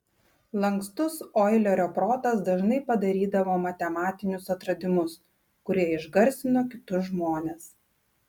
lankstus oilerio protas dažnai padarydavo matematinius atradimus kurie išgarsino kitus žmones